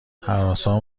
هراسان